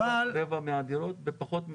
רבע מהדירות בפחות מ